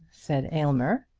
said aylmer.